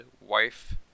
wife